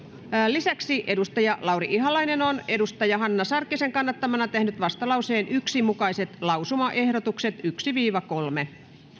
lisäksi lauri ihalainen on hanna sarkkisen kannattamana tehnyt vastalauseen yksi mukaiset lausumaehdotukset yksi viiva kolme